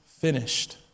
finished